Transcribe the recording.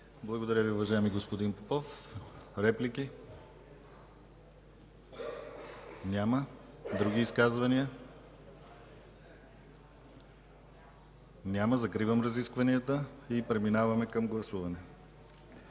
Благодаря Ви, уважаеми господин Попов. Реплики? Няма. Други изказвания? Няма. Закривам разискванията. Преминаваме към гласуване.